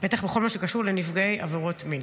בטח בכל מה שקשור לנפגעי עבירות מין.